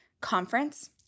conference